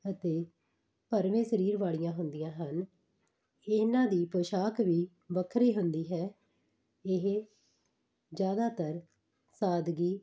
ਅਤੇ ਭਰਵੇਂ ਸਰੀਰ ਵਾਲੀਆਂ ਹੁੰਦੀਆਂ ਹਨ ਇਹਨਾਂ ਦੀ ਪੋਸ਼ਾਕ ਵੀ ਵੱਖਰੀ ਹੁੰਦੀ ਹੈ ਇਹ ਜ਼ਿਆਦਾਤਰ ਸਾਦਗੀ